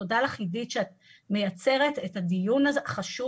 תודה לך עידית שאת מייצרת את הדיון החשוב